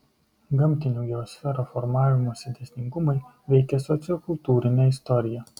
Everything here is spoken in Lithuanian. gamtinių geosferų formavimosi dėsningumai veikia sociokultūrinę istoriją